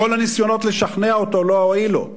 כל הניסיונות לשכנע אותו לא הועילו.